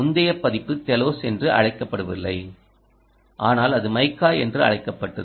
முந்தைய பதிப்பு டெலோஸ் என்று அழைக்கப்படவில்லை ஆனால் அது மைக்கா என்று அழைக்கப்பட்டது